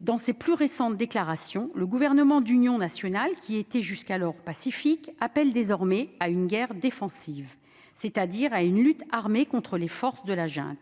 dans ses plus récentes déclarations, le Gouvernement d'union nationale qui était jusqu'alors pacifique appelle désormais à une « guerre défensive », c'est-à-dire à une lutte armée contre les forces de la junte.